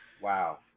wow